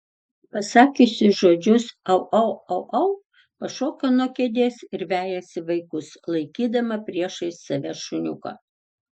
pasakiusi žodžius au au au au pašoka nuo kėdės ir vejasi vaikus laikydama priešais save šuniuką